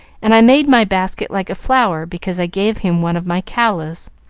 and i made my basket like a flower because i gave him one of my callas,